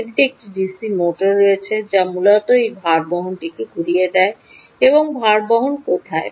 এটিতে একটি DC motor রয়েছে যা মূলত এই ভারবহনটি ঘুরিয়ে দেয় এবং ভারবহন কোথায়